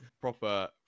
Proper